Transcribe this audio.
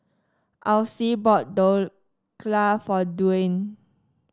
Alcee bought Dhokla for Duane